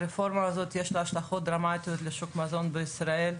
לרפורמה הזאת יש השלכות דרמטיות על שוק המזון בישראל.